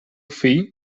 fill